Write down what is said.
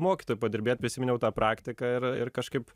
mokytoju padirbėt prisiminiau tą praktiką ir ir kažkaip